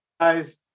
guys